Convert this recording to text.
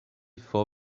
for